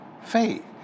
faith